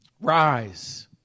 rise